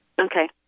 Okay